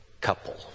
couple